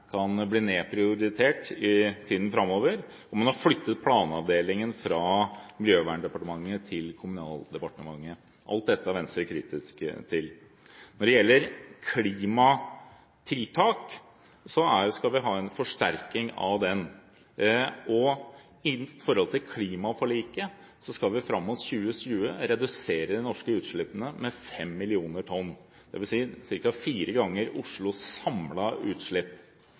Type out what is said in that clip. Venstre kritisk til. Når det gjelder klimatiltak, skal vi ha en forsterking av dem. Når det gjelder klimaforliket, skal vi fram mot 2020 redusere de norske utslippene med fem millioner tonn, dvs. ca. fire ganger Oslos samlede utslipp.